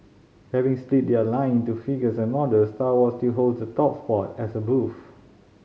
having split their line into figures and models Star Wars still holds the top spot as a booth